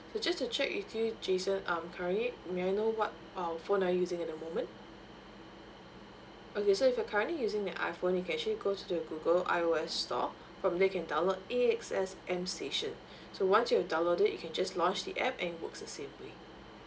so just to check with you jason um currently may I know what um phone are using at the moment okay so if you're currently using the iphone you can actually go to the google I_O_S store from there can download A_X_S M station so once you download it it can just launched the app and work as the same way